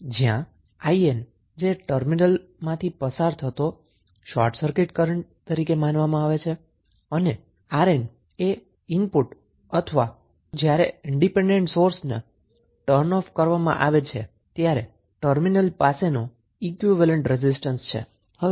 જ્યાં 𝐼𝑁 એ ટર્મિનલમાંથી પસાર થતો શોર્ટ સર્કિટ કરન્ટ તરીકે માનવામાં આવે છે અને 𝑅𝑁 એ જ્યારે ઈન્ડીપેન્ડન્ટ સોર્સ ને બંધ કરવામાં આવે છે ત્યારે ટર્મિનલ પાસેનો ઈનપુટ અથવા ઈક્વીવેલેન્ટ રેઝિસ્ટન્સ છે